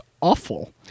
awful